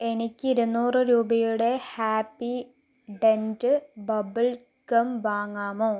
എനിക്ക് ഇരുന്നൂറ് രൂപയുടെ ഹാപ്പിഡെൻറ്റ് ബബിൾ ഗം വാങ്ങാമോ